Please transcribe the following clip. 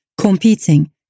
competing